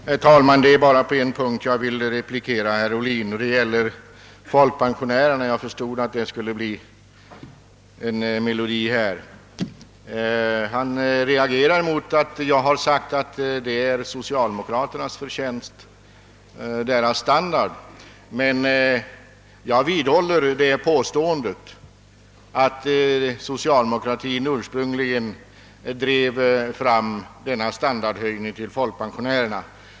Herr talman! Det är bara på en punkt jag vill replikera herr Ohlin, nämligen i fråga om folkpensionerna — jag förstod att den skulle bli en av melodierna i dagens debatt. Herr Ohlin reagerar mot mitt uttalande att folkpensionärernas standard är socialdemokraternas förtjänst. Men jag vidhåller påståendet att socialdemokratien ursprungligen drev fram denna standardhöjning för folkpensionärerna.